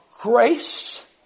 grace